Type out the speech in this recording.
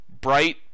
bright